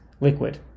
liquid